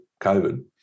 COVID